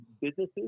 businesses